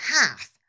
half